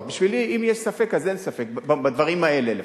בשבילי, אם יש ספק אז אין ספק, בדברים האלה לפחות,